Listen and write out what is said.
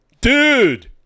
dude